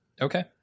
Okay